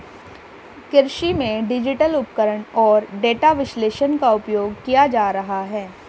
कृषि में डिजिटल उपकरण और डेटा विश्लेषण का उपयोग किया जा रहा है